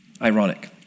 ironic